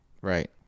right